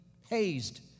hazed